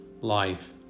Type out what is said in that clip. life